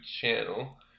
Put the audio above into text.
channel